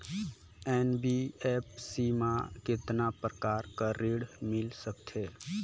NBFC मा कतना प्रकार कर ऋण मिल सकथे?